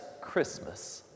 Christmas